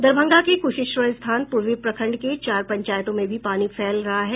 दरभंगा के कुशेश्वरस्थान पूर्वी प्रखंड के चार पंचायतों में भी पानी फैल रहा है